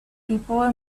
people